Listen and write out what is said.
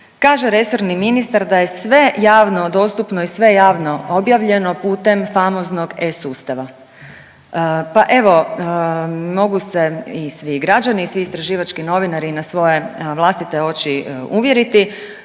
Kaže resorni ministar da je sve javno dostupno i sve javno objavljeno putem famoznog e-sustava. Pa evo, mogu se i svi građani i svi istraživački novinari na svoje vlastite oči uvjeriti,